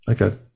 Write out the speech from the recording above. Okay